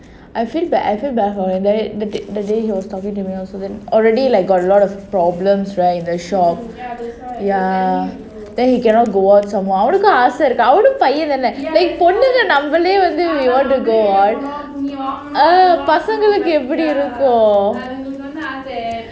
I feel bad I feel bad for him that day that day he was talking to me also then already like got a lot of problems right in the shop ya then he cannot go out some more அவனுக்கும் ஆச இருக்கும் அவனும் பையன்தானே:avanukkum aasa irukkum avanum payanthanae we want to go out ah பொண்ணுங்க நம்மளுக்கே வெளிய போக ஆச இருக்கும் பசங்களுக்கு எவ்ளோ இருக்கும்:ponnunga nammalukae veliya poga aasa irukkum pasangaluku evlo irukum